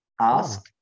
ask